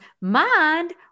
mind